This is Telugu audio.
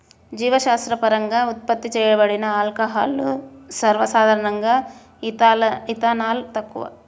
జీవశాస్త్రపరంగా ఉత్పత్తి చేయబడిన ఆల్కహాల్లు, సర్వసాధారణంగాఇథనాల్, తక్కువ